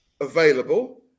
available